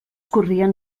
corrien